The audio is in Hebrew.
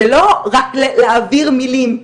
זה לא רק להעביר מלים.